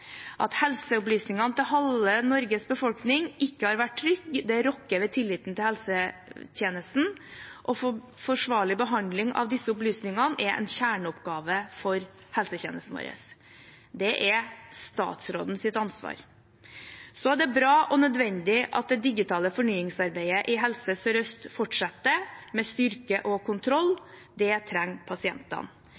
halve Norges befolkning ikke har vært trygge, rokker ved tilliten til helsetjenesten, og forsvarlig behandling av disse opplysningene er en kjerneoppgave for helsetjenesten vår. Det er statsrådens ansvar. Det er bra og nødvendig at det digitale fornyingsarbeidet i Helse Sør-Øst fortsetter med styrke og kontroll.